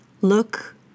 Look